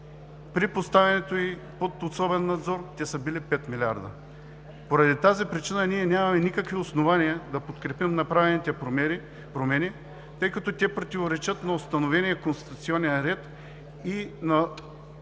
при поставянето й под особен надзор те са били 5 милиарда. Поради тази причина ние нямаме никакви основания да подкрепим направените промени, тъй като те противоречат на установения конституционен ред и на